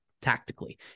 tactically